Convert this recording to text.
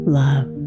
love